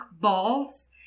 balls